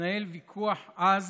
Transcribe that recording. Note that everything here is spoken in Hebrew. מתנהל ויכוח עז